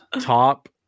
top